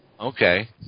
Okay